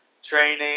training